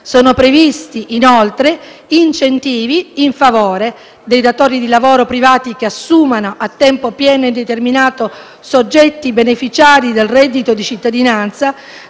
Sono previsti inoltre incentivi in favore dei datori di lavoro privati che assumano, a tempo pieno e indeterminato, soggetti beneficiari del reddito di cittadinanza;